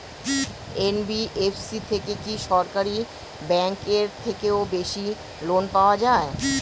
NBFC থেকে কি সরকারি ব্যাংক এর থেকেও বেশি লোন পাওয়া যায়?